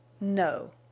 No